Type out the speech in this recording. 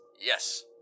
Yes